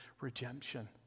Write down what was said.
redemption